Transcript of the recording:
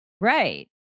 right